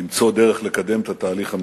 למצוא דרך לקדם את התהליך המדיני.